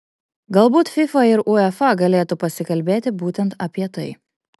galbūt fifa ir uefa galėtų pasikalbėti būtent apie tai